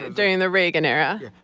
during the reagan era.